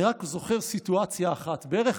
אני רק זוכר סיטואציה אחת: בערך